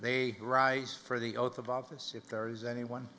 they rise for the oath of office if there is any one